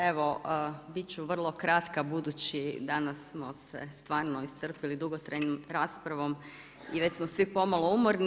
Evo bit ću vrlo kratka budući danas smo se stvarno iscrpili dugotrajnom raspravom i već smo svi pomalo umorni.